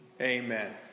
Amen